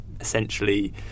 essentially